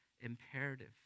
imperative